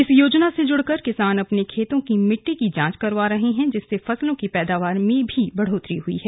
इस योजना से जुड़कर किसान अपने खेतों की मिट्टी की जांच करवा रहे हैं जिससे फसलों की पैदावार में भी बढ़ोतरी हुई है